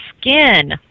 skin